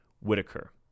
Whitaker